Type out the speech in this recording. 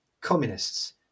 Communists